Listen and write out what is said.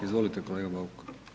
Izvolite kolega Bauk.